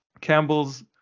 Campbell's